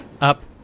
up